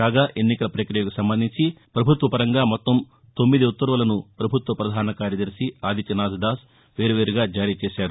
కాగా ఎన్నికల ప్రక్రియకు సంబంధించి పభుత్వపరంగా మొత్తం తొమ్మిది ఉత్తర్వులను ప్రభుత్వ ప్రధాన కార్యదర్శి ఆదిత్యనాథ్ దాస్ వేర్వేరుగా జారీచేశారు